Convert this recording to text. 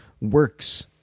works